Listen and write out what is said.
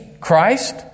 Christ